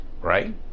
right